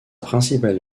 principale